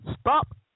stop